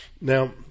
Now